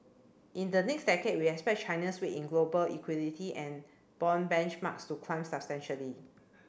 in the next decade we expect China's weight in global equity and bond benchmarks to climb substantially